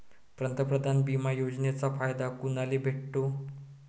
पंतप्रधान बिमा योजनेचा फायदा कुनाले भेटतो?